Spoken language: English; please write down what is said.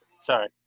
Sorry